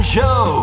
Show